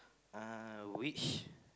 uh which